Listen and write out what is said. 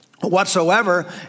whatsoever